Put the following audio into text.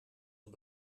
een